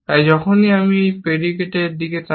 যখনই আমি একটি প্রেডিকেটের দিকে তাকাই